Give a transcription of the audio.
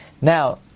Now